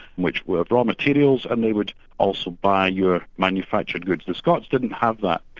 which were raw materials, and they would also buy your manufactured goods. the scots didn't have that,